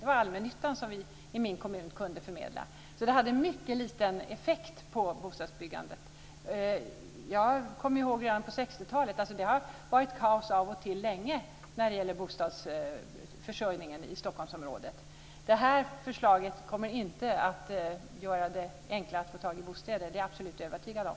Det var allmännyttan som vi i min kommun kunde förmedla. Det hade mycket liten effekt på bostadsbyggandet. Det kommer jag ihåg redan från 60-talet. Det har alltså varit kaos av och till länge när det gäller bostadsförsörjningen i Stockholmsområdet. Det här förslaget kommer inte att göra det enklare att få tag i bostäder. Det är jag absolut övertygad om.